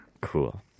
Cool